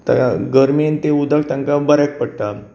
तर गर्मेन तें उदक तांकां बऱ्याक पडटा